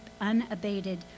unabated